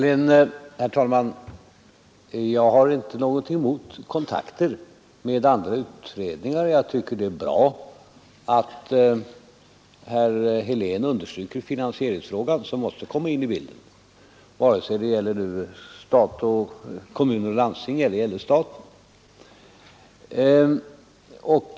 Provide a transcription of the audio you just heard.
Herr talman! Jag har inte någonting emot kontakter med andra utredningar, och jag tycker det är bra att herr Helén understryker finansieringsfrågan. Den måste komma in i bilden vare sig det gäller kommuner och landsting eller det gäller staten.